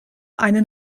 einen